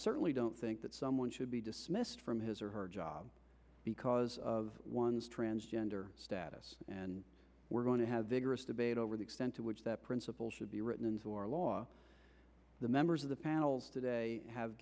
certainly don't think that someone should be dismissed from his or her job because of one's transgender status and we're going to have vigorous debate over the extent to which that principle should be written into our law the member the panels today have